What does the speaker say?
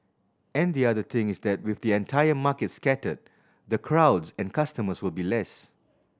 and the other thing is that with the entire market scattered the crowds and customers will be less